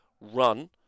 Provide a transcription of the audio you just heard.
run